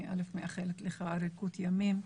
אני מאחלת לך אריכות ימים.